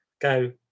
go